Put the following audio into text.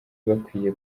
bakwiye